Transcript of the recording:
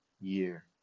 year